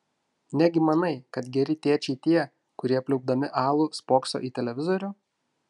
negi manai kad geri tėčiai tie kurie pliaupdami alų spokso į televizorių